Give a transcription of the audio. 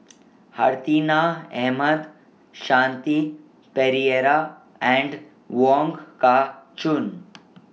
Hartinah Ahmad Shanti Pereira and Wong Kah Chun